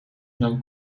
zijn